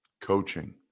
Coaching